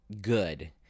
good